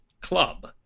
club